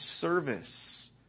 service